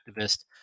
activist